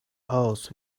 house